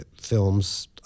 films